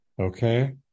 Okay